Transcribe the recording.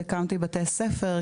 הקמתי בתי ספר,